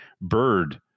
bird